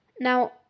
now